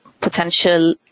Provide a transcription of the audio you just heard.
potential